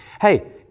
hey